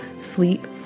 sleep